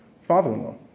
father-in-law